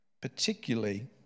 particularly